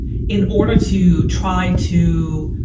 in order to try to,